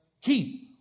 Keep